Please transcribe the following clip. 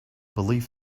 believe